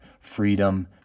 freedom